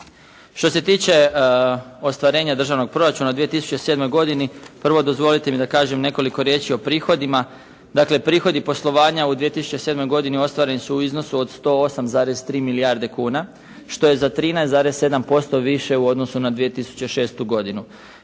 Što se tiče ostvarenja Državnog proračuna u 2007. godini prvo dozvolite mi da kažem nekoliko riječi o prihodima. Dakle, prihodi poslovanja u 2007. godini ostvareni su od 108,3 milijarde kuna, što je za 13,7% više u odnosu na 2006. godinu.